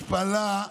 השפלה,